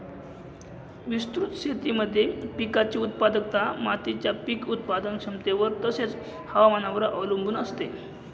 विस्तृत शेतीमध्ये पिकाची उत्पादकता मातीच्या पीक उत्पादन क्षमतेवर तसेच, हवामानावर अवलंबून असते